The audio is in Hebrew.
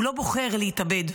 הוא לא בוחר להתאבד,